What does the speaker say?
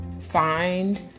find